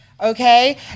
okay